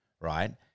right